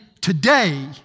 today